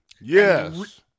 Yes